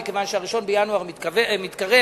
מכיוון ש-1 בינואר מתקרב,